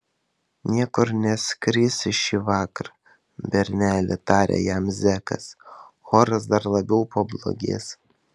niekur neskrisi šįvakar berneli tarė jam zekas oras dar labiau pablogės